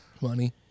Money